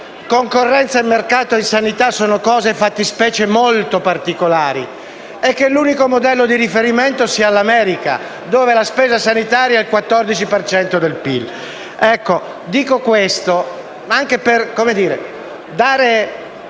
concorrenza, mercato e sanità siano cose e fattispecie molto particolari e che l'unico modello di riferimento sia l'America dove la spesa sanitaria costituisce il